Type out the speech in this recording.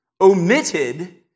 omitted